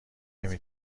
نمی